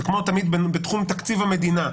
זה כמו תמיד בתחום תקציב המדינה,